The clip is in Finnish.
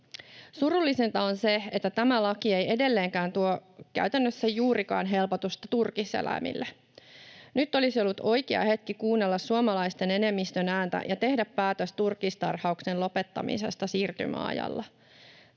Surullisinta on, että tämä laki ei edelleenkään tuo käytännössä juurikaan helpotusta turkiseläimille. Nyt olisi ollut oikea hetki kuunnella suomalaisten enemmistön ääntä ja tehdä päätös turkistarhauksen lopettamisesta siirtymäajalla.